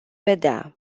vedea